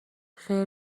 خیر